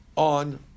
On